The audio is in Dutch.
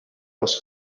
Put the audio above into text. was